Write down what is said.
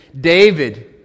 David